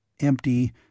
empty